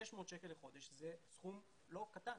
600 שקלים לחודש זה סכום לא קטן